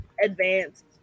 advanced